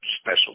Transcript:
special